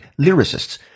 lyricists